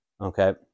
okay